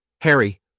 Harry